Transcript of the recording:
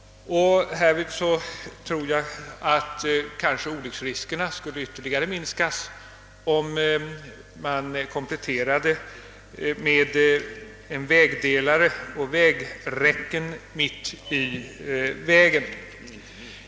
Jag tror att olycksriskerna skulle minskas ytterligare om breddningen kompletterades med att en vägdelare och vägräcken placerades mitt i vägen.